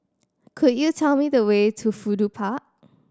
could you tell me the way to Fudu Park